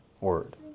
word